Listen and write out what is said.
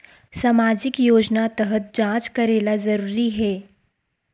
सामजिक योजना तहत जांच करेला जरूरी हे